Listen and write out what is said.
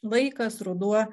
vaikas ruduo